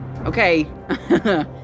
Okay